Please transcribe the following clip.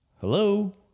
hello